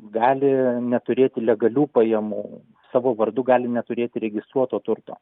gali neturėti legalių pajamų savo vardu gali neturėti registruoto turto